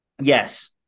Yes